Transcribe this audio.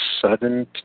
sudden